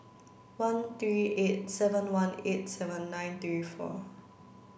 one three eight seven one eight seven nine three four